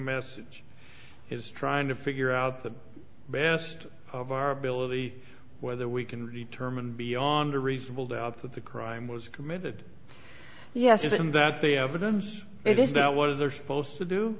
message is trying to figure out the best of our ability whether we can determine beyond a reasonable doubt that the crime was committed yes isn't that the evidence it is that what is there supposed